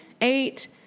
eight